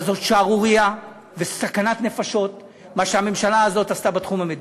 אבל זאת שערורייה וסכנת נפשות מה שהממשלה הזאת עשתה בתחום המדיני.